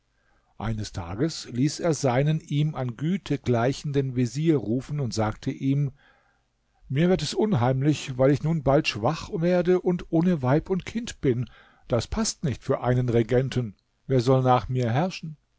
eines tages ließ er seinen ihm an güte gleichenden vezier rufen und sagte ihm mir wird es unheimlich weil ich nun bald schwach werde und ohne weib und kind bin das paßt nicht für einen regenten wer soll nach mir herrschen